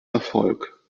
erfolg